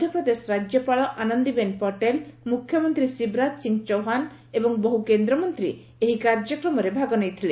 ମଧ୍ୟପ୍ରଦେଶ ରାଜ୍ୟପାଳ ଆନନ୍ଦିବେନ୍ ପଟେଲ ମୁଖ୍ୟମନ୍ତ୍ରୀ ଶିବରାଜ ସିଂ ଚୌହାନ ଏବଂ ବହୁ କେନ୍ଦ୍ରମନ୍ତ୍ରୀ ଏହି କାର୍ଯ୍ୟକ୍ରମରେ ଭାଗ ନେଇଥିଲେ